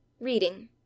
Reading